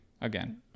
again